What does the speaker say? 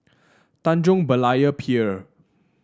Tanjong Berlayer Pier